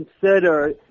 consider